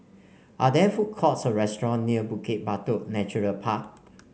are there food courts or restaurant near Bukit Batok Nature Park